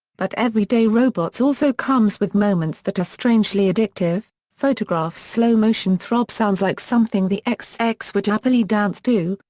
but everyday robots also comes with moments that are strangely addictive photographs slow-motion throb sounds like something the xx xx would happily dance to,